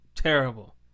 Terrible